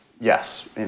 yes